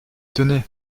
tenez